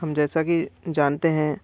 हम जैसा कि जानते हैं